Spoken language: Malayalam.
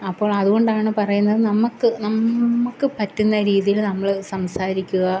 അപ്പോൾ അതുകൊണ്ടാണ് പറയുന്നത് നമുക്ക് നമ്മൾക്ക് പറ്റുന്ന രീതിയിൽ നമ്മൾ സംസാരിക്കുക